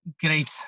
great